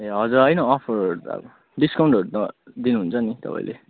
ए हजुर होइन अफरहरू त अब डिस्काउन्टहरू त दिनुहुन्छ नि तपाईँले